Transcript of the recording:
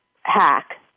hack